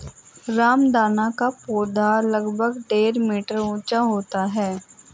रामदाना का पौधा लगभग डेढ़ मीटर ऊंचा होता है